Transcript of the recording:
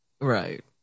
Right